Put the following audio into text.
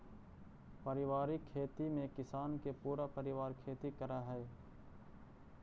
पारिवारिक खेती में किसान के पूरा परिवार खेती करऽ हइ